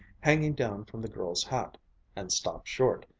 hanging down from the girl's hat and stopped short,